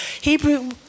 Hebrew